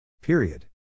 Period